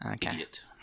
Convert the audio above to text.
Idiot